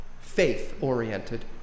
faith-oriented